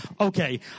Okay